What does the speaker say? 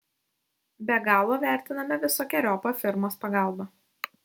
be galo vertiname visokeriopą firmos pagalbą